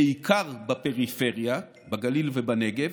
בעיקר בפריפריה, בגליל ובנגב,